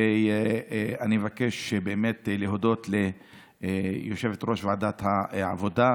אני מבקש באמת להודות ליושבת-ראש ועדת העבודה,